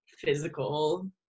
physical